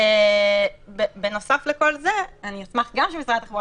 בזה הגענו להסכמה בפעם הקודמת.